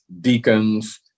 deacons